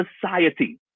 society